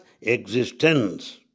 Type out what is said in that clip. existence